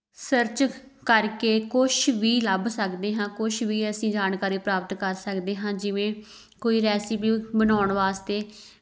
search ਕਰਕੇ ਕੁਛ ਵੀ ਲੱਭ ਸਕਦੇ ਹਾਂ ਕੁਛ ਵੀ ਅਸੀਂ ਜਾਣਕਾਰੀ ਪ੍ਰਾਪਤ ਕਰ ਸਕਦੇ ਹਾਂ ਜਿਵੇਂ ਕੋਈ ਰੈਸਿਪੀ ਬਣਾਉਣ ਵਾਸਤੇ